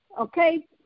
okay